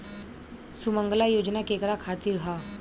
सुमँगला योजना केकरा खातिर ह?